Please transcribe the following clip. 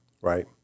Right